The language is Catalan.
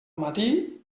matí